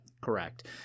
Correct